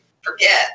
forget